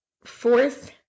Fourth